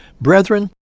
Brethren